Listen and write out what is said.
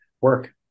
work